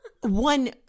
one